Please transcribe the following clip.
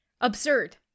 absurd